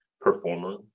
performer